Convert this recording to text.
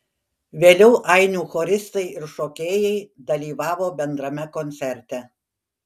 vėliau ainių choristai ir šokėjai dalyvavo bendrame koncerte